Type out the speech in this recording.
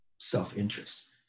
self-interest